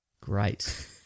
Great